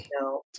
No